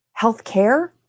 healthcare